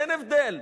אין הבדל.